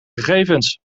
gegevens